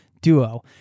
duo